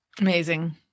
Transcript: Amazing